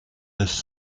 this